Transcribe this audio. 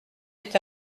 est